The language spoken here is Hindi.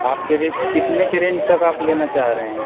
आपकी कितने की रेंज तक आप लेना चाह रहे हैं